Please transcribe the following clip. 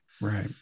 Right